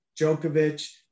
Djokovic